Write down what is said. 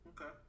Okay